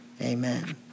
Amen